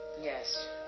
Yes